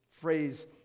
phrase